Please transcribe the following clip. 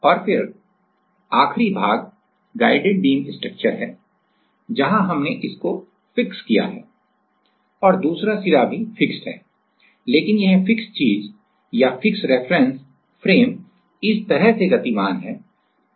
और फिर आखिरी गाइडेड बीम स्ट्रक्चर है जहां हमने इसको फिक्स किया है और दूसरा भी फिक्स्ड है लेकिन यह फिक्स चीज या फिक्स रेफरेंस फ्रेम इस तरह से गतिमान है